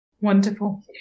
Wonderful